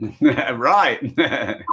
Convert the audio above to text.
right